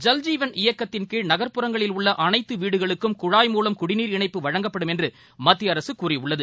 ஜல்ஜீவன் இயக்கத்தின் கீழ் நகர்புறங்களில் உள்ள அனைத்து வீடுகளுக்கும் குழாய் மூவம் குடிநீர் இணைப்பு வழங்கப்படும் என்று மத்திய அரசு கூறியுள்ளது